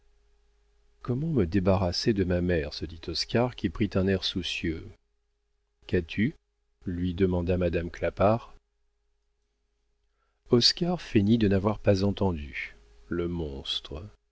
comment me débarrasser de ma mère se dit oscar qui prit un air soucieux qu'as-tu lui demanda madame clapart oscar feignit de n'avoir pas entendu le monstre